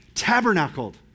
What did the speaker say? Tabernacled